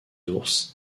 ours